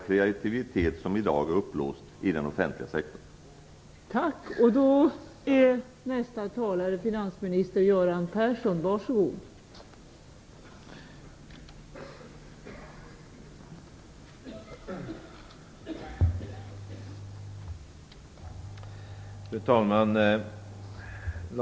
Kreativitet som i dag är upplåst i den offentliga sektorn skall frigöras.